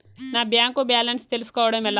నా bank balance తెలుస్కోవడం ఎలా?